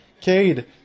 Cade